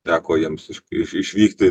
teko jiems iš iš išvykti